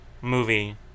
movie